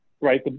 right